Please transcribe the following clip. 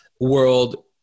world